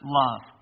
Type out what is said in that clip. love